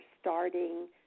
starting